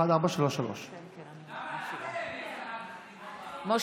חלקם עוסקים בכלל בנושאי אינסטלציה ולא בנושא של כיבוי אש.